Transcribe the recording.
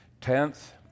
Tenth